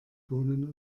bohnen